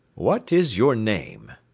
what is your name?